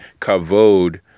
kavod